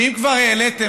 שאם כבר העליתם,